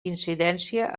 incidència